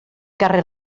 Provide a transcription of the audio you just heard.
carrer